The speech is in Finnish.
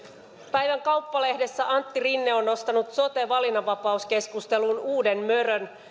päivän kauppalehdessä antti rinne on nostanut sote valinnanvapauskeskusteluun uuden mörön